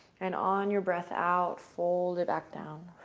and on your breath out, fold it back down.